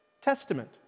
testament